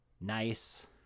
nice